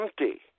empty